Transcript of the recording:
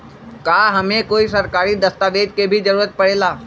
का हमे कोई सरकारी दस्तावेज के भी जरूरत परे ला?